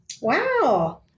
Wow